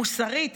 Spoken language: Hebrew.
מוסרית,